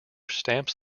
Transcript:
stamps